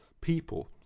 people